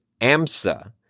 AMSA